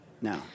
No